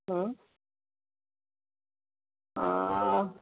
হুম